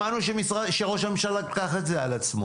שמענו שראש הממשלה לקח את זה על עצמו.